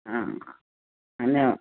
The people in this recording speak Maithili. हँ हमे